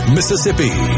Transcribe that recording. Mississippi